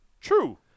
True